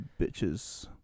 Bitches